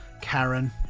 Karen